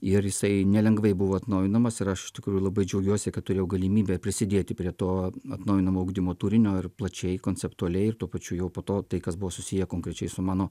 ir jisai nelengvai buvo atnaujinamas ir aš iš tikrųjų labai džiaugiuosi kad turėjau galimybę prisidėti prie to atnaujinamo ugdymo turinio ir plačiai konceptualiai ir tuo pačiu jau po to tai kas buvo susiję konkrečiai su mano